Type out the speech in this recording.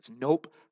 Nope